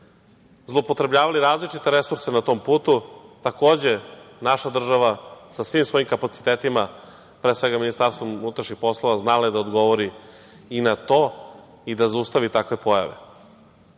zloupotrebljavali različite resurse na tom putu. Naša država je sa svim svojim kapacitetima, pre svega Ministarstvom unutrašnjih poslova znala da odgovori i na to i da zaustavi takve pojave.